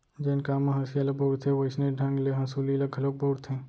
जेन काम म हँसिया ल बउरथे वोइसने ढंग ले हँसुली ल घलोक बउरथें